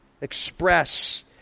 express